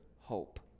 hope